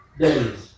days